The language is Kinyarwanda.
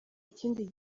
ikindi